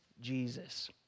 Jesus